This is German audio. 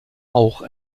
auch